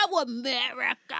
America